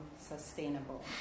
sustainable